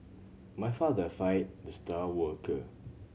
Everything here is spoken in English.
my father fired the star worker